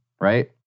right